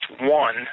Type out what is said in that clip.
one